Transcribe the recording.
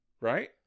Right